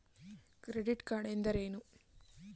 Credit card ಎಂದರೇನು?